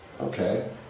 Okay